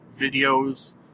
videos